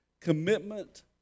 Commitment